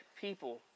people